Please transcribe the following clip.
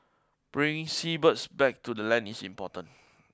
bringing seabirds back to the land is important